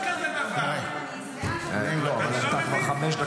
חבר הכנסת לוי, לסיכום.